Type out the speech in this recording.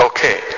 Okay